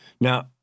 Now